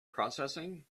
processing